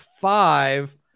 five